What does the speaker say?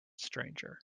stranger